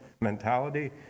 mentality